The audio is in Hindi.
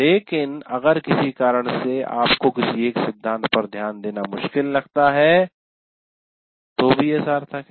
लेकिन अगर किसी कारण से आपको किसी एक सिद्धांत पर ध्यान देना मुश्किल लगता है तो भी यह सार्थक है